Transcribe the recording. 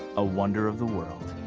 a wonder of the world.